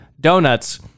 donuts